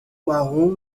marrom